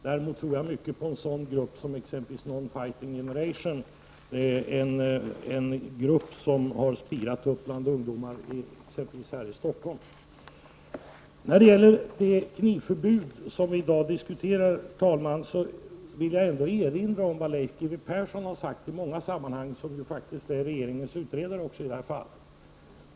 Däremot tror jag mycket på en sådan grupp som Non Fighting Generation, en grupp som har spirat upp bland ungdomar exempelvis här i Stockholm. Herr talman! När det gäller det knivförbud vi i dag diskuterar, vill jag erinra om vad Leif G W Persson, som ju faktiskt också är regeringens utredare i detta fall, i många sammanhang har sagt.